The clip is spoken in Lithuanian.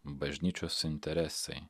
bažnyčios interesai